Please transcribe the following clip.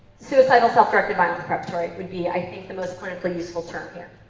suicidal self directed violence, preparatory, would be, i think, the most clinically useful term here.